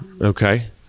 Okay